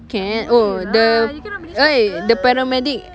can oh the eh the paramedic